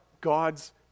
God's